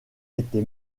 été